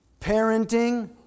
parenting